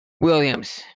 Williams